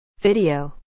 Video